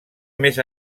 més